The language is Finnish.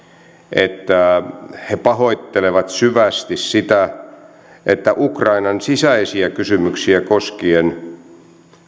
että he pahoittelevat syvästi sitä että ukrainan sisäisiä kysymyksiä koskien